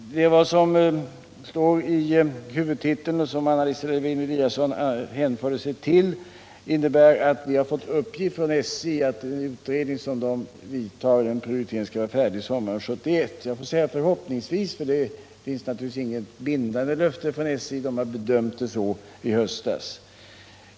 Vad som står i huvudtiteln, och som Anna Lisa Lewén-Eliasson hänvisade till, innebär att vi har fått uppgift från SJ att den utredning som SJ vidtar för att kunna göra en prioritering skall vara färdig sommaren 1978. Jag hoppas att den blir det. Det finns naturligtvis inget bindande löfte från SJ, men man gjorde den bedömningen i höstas.